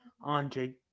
Andre